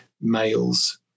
males